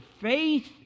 faith